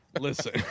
listen